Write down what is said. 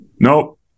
nope